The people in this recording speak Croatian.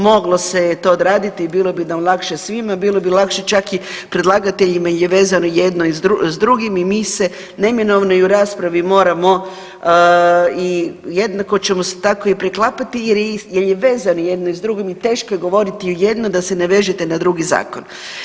Moglo se je to odraditi i bilo bi nam lakše svima, bilo bi lakše čak i predlagateljima jer je vezano jedno s drugim i mi se neminovno i u raspravi moramo i jednako ćemo se tako i preklapati jer je vezano jedno s drugim i teško je govoriti jedno da se ne vežete na drugi zakon.